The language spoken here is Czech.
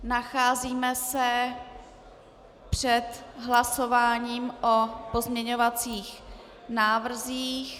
Nacházíme se před hlasováním o pozměňovacích návrzích.